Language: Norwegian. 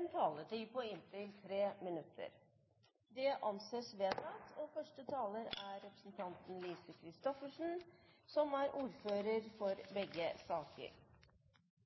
en taletid på inntil 3 minutter. – Det anses vedtatt. Vi behandler i dag Datatilsynets og Personvernnemndas årsmeldinger for 2009. Som aldri før diskuteres personvern. Det er bra, for det gir økt bevissthet om personvern som